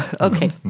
Okay